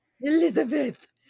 Elizabeth